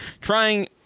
trying